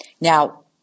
Now